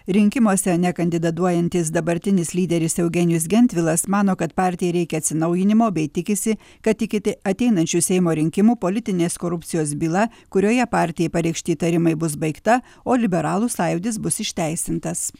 rinkimuose nekandidatuojantis dabartinis lyderis eugenijus gentvilas mano kad partijai reikia atsinaujinimo bei tikisi kad iki te ateinančių seimo rinkimų politinės korupcijos byla kurioje partijai pareikšti įtarimai bus baigta o liberalų sąjūdis bus išteisintas